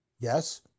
Yes